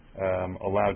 allowed